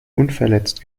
unverletzt